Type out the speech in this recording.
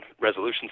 Resolution